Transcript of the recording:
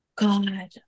God